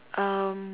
um